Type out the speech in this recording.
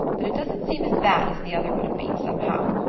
but it doesn't seem as bad as the other would have been, somehow,